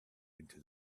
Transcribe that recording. into